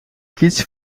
kitch